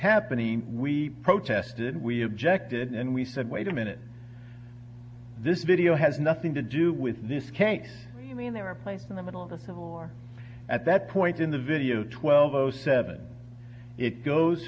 happening we protested we objected and we said wait a minute this video has nothing to do with this case i mean there are place in the middle of the civil war at that point in the video twelve o seven it goes